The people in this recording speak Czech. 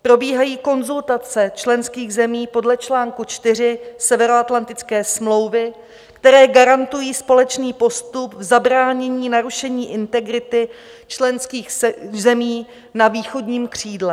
Probíhají konzultace členských zemí podle čl. 4 Severoatlantické smlouvy, které garantují společný postup zabránění narušení integrity členských zemí na východním křídle.